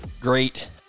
great –